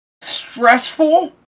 stressful